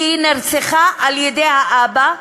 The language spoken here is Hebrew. כי היא נרצחה על-ידי האבא,